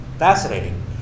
Fascinating